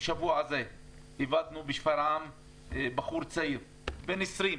בשבוע הזה איבדנו בשפרעם בחור צעיר בן 20,